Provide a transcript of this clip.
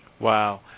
Wow